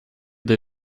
they